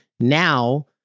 Now